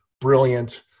brilliant